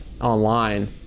online